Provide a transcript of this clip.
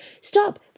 Stop